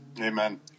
Amen